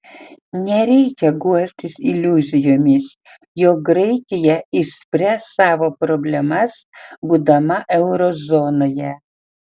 nereikia guostis iliuzijomis jog graikija išspręs savo problemas būdama euro zonoje